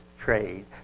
trade